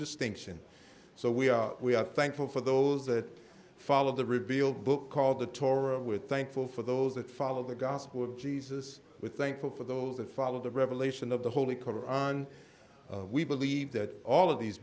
distinction so we we are thankful for those that follow the revealed book called the torah with thankful for those that follow the gospel of jesus with thankful for those that follow the revelation of the holy koran we believe that all of these